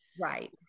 Right